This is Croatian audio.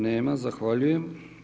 Nema, zahvaljujem.